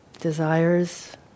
Desires